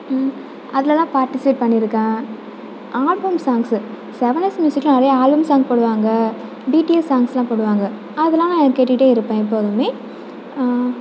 அதெலலாம் participate பண்ணியிருக்கேன் album songs seven S மியூசிக்கெலாம் நிறையா ஆல்பம் சாங் போடுவாங்க பிடிஎஸ் சாங்ஸெலாம் போடுவாங்க அதெலாம் நான் கேட்டுக்கிட்டே இருப்பேன் எப்போதுமே